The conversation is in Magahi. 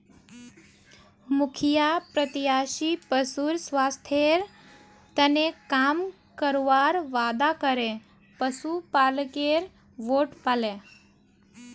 मुखिया प्रत्याशी पशुर स्वास्थ्येर तने काम करवार वादा करे पशुपालकेर वोट पाले